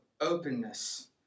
openness